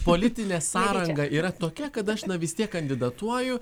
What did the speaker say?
politinė sąranga yra tokia kad aš na vis tiek kandidatuoju